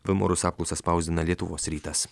vilmorus apklausą spausdina lietuvos rytas